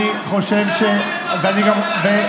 אני חושב, אז למה אתם לא עושים כלום?